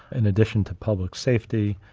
in addition to public safety,